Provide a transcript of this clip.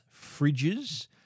fridges